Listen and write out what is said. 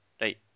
right